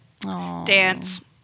dance